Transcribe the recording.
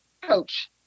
coach